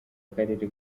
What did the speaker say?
karere